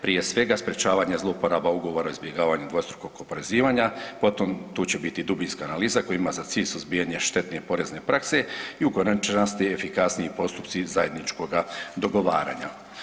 Prije svega sprječavanje zlouporaba ugovora o izbjegavanju dvostrukog oporezivanja, potom tu će biti dubinska analiza koja ima za cilj suzbijanje štetne porezne prakse i u konačnosti efikasniji postupci zajedničkoga dogovaranja.